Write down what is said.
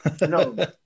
no